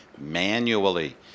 manually